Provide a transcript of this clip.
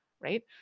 right